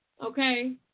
Okay